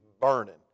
burning